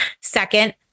Second